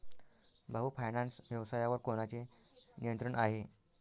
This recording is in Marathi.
भाऊ फायनान्स व्यवसायावर कोणाचे नियंत्रण आहे?